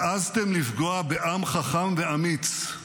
העזתם לפגוע בעם חכם ואמיץ,